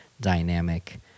dynamic